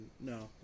No